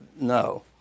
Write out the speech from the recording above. No